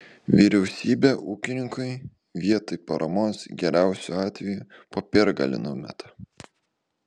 vyriausybė ūkininkui vietoj paramos geriausiu atveju popiergalį numeta